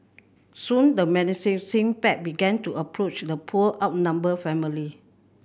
soon the menacing pack began to approach the poor outnumbered family